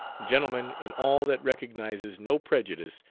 gentlemen in all that recognizes no prejudice,